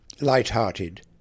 Light-hearted